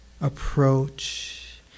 approach